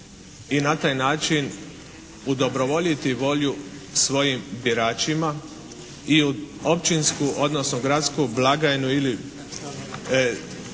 i na taj način udobrovoljiti volju svojim biračima i u općinsku odnosno gradsku blagajnu ili